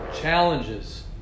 challenges